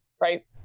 right